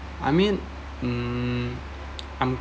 I mean hmm I'm